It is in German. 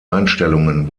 einstellungen